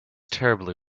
terribly